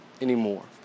anymore